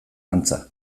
antza